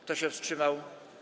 Kto się wstrzymał?